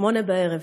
20:00,